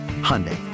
Hyundai